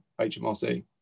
HMRC